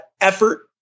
effort